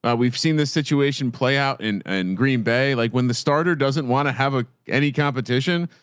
but we've seen this situation play out in and green bay. like when the starter doesn't want to have ah any competition,